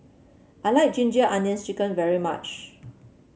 I like Ginger Onions chicken very much